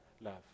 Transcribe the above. love